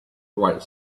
bright